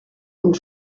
und